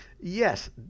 Yes